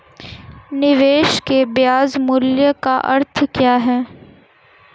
निवेश के ब्याज मूल्य का अर्थ क्या है?